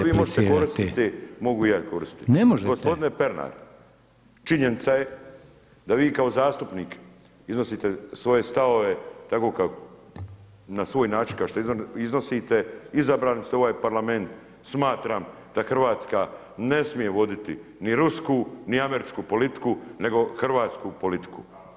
Kad vi možete koristiti, mogu i ja koristiti [[Upadica Reiner: Ne možete.]] Gospodine Pernar, činjenica je da vi kao zastupnik iznosite svoje stavove na svoj način, kao što iznosite, izabrani ste u ovaj Parlament, smatram da Hrvatska ne smije voditi ni rusku, ni američku politiku, nego hrvatsku politiku.